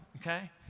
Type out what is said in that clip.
Okay